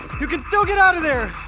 you can still get out of there!